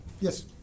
Yes